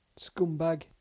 Scumbag